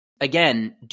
again